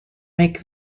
make